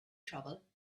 trouble